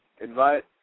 Invite